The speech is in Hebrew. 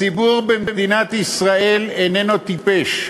הציבור במדינת ישראל איננו טיפש,